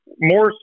more